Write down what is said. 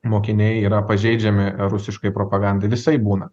mokiniai yra pažeidžiami rusiškai propagandai visaip būna